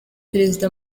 perezida